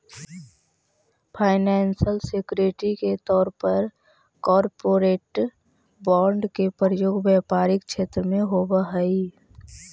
financial security के तौर पर कॉरपोरेट बॉन्ड के प्रयोग व्यापारिक क्षेत्र में होवऽ हई